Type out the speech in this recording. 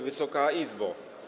Wysoka Izbo!